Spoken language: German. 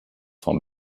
von